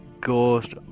ghost